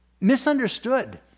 misunderstood